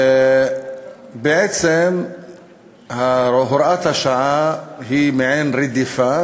בעצם הוראת השעה היא מעין רדיפה